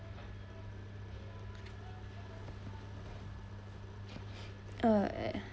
uh